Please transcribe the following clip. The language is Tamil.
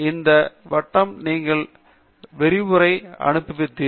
இந்த வட்டம் நீங்கள் விரிவுரை அனுபவித்தீர்கள்